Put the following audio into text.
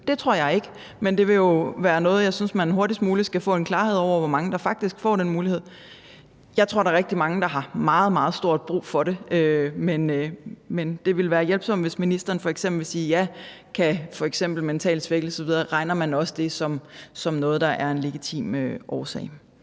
Det tror jeg ikke, men det vil jo være noget, jeg synes man hurtigst muligt skal få en klarhed over, altså hvor mange der faktisk får den mulighed. Jeg tror, der er rigtig mange, der har meget, meget stor brug for det, men det ville være hjælpsomt, hvis ministeren f.eks. ville sige ja til, at man f.eks. regner mental svækkelse med som noget, der er en legitim årsag.